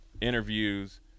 interviews